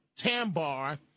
Tambar